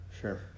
Sure